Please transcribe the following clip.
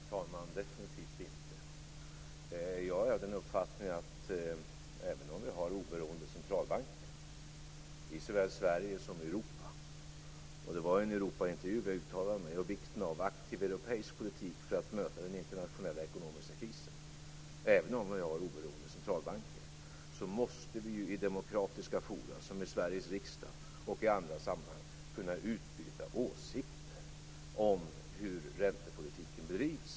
Fru talman! Det är jag definitivt inte! Jag är av den uppfattningen att även om vi har oberoende centralbanker i såväl Sverige som Europa - och det var i en Europaintervju jag uttalade mig om vikten av aktiv europeisk politik för att möta den internationella ekonomiska krisen - måste vi i demokratiska fora som Sveriges riksdag och i andra sammanhang kunna utbyta åsikter om hur räntepolitiken bedrivs.